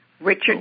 Richard